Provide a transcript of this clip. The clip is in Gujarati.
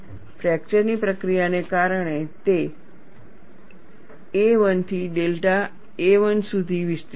ફ્રેકચર ની પ્રક્રિયાને કારણે તે A1 થી ડેલ્ટા a1 સુધી વિસ્તર્યું છે